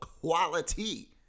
quality